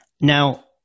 Now